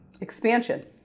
expansion